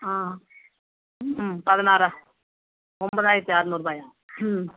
ஆ ம் பதினாறு ஒம்போதாயிரத்தி அறநூறுபாயா ம்